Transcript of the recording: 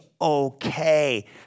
okay